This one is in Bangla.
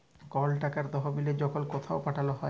কল টাকার তহবিলকে যখল কথাও পাঠাল হ্যয়